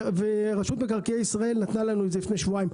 ורשות מקרקעי ישראל נתנה לנו את זה לפני שבועיים.